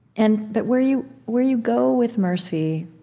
and but where you where you go with mercy,